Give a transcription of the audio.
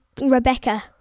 Rebecca